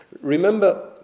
Remember